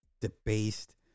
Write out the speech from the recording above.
debased